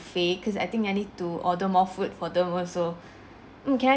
~fet cause I think I need to order more food for them also um can I